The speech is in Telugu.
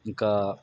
ఇంకా